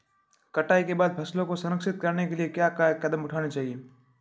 कटाई के बाद फसलों को संरक्षित करने के लिए क्या कदम उठाने चाहिए?